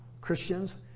Christians